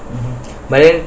but then